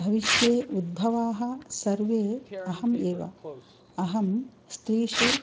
भविष्ये उद्भवाः सर्वे अहम् एव अहं स्रीषु